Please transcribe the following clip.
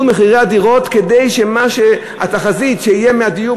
מחירי הדירות כדי שהתחזית שיהיה מהדיור,